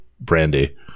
brandy